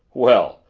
well,